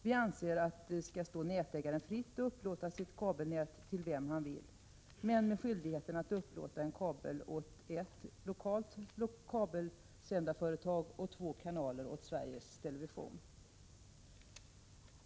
Vi anser att det skall stå nätägaren fritt att upplåta sitt kabelnät till vem han vill, men med skyldigheten att upplåta en kabel åt ett lokalt kabelsändarföretag och två kanaler åt Sveriges Television.